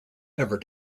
ever